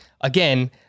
Again